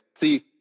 See